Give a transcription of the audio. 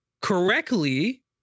correctly